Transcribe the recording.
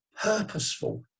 purposeful